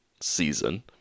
season